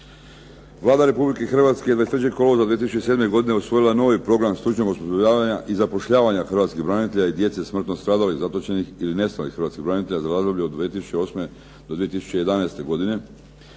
Vlada Republike Hrvatske je 23. kolovoza 2007. godine usvojila novi program stručnog osposobljavanja i zapošljavanja hrvatskih branitelja i djece smrtno stradalih, zatočenih ili nestalih hrvatskih branitelja za razdoblje od 2008. do 2011. godine.